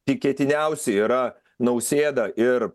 tikėtiniausi yra nausėda ir